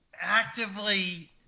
actively –